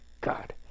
god